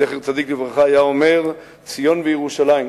זכר צדיק לברכה, אומר: ציון וירושלים.